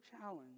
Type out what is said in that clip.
challenge